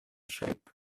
shape